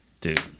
dude